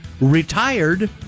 retired